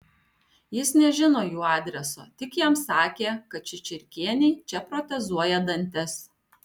jis nežino jų adreso tik jam sakė kad čičirkienei čia protezuoja dantis